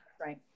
Right